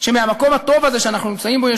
שמהמקום הטוב הזה שאנחנו נמצאים בו יש